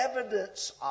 evidence